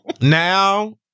now